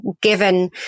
given